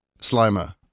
Slimer